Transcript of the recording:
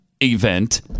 event